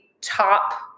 top